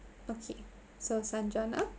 okay so sanjana